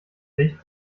sicht